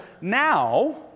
now